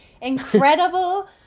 incredible